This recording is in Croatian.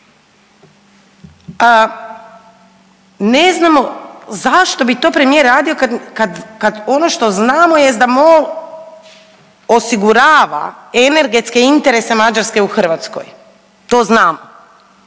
Ne znamo zašto bi to premijer radio kad ono što znamo jest da MOL osigurava energetske interese Mađarske u Hrvatskoj. To znamo.